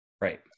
right